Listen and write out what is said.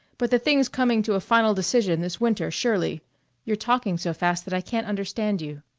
but the thing's coming to a final decision this winter, surely you're talking so fast that i can't understand you,